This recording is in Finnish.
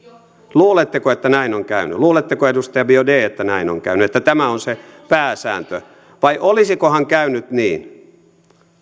luuletteko että näin on käynyt luuletteko edustaja biaudet että näin on käynyt että tämä on se pääsääntö vai olisikohan käynyt niin